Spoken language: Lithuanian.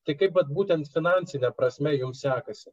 tai kaip vat būtent finansine prasme jums sekasi